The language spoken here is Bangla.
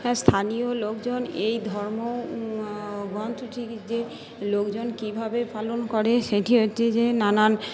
হ্যাঁ স্থানীয় লোকজন এই ধর্ম বরঞ্চ ঠিকই যে লোকজন কীভাবে পালন করে সেটি হচ্ছে যে নানান